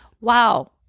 Wow